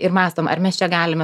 ir mąstom ar mes čia galime